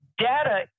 Data